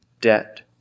debt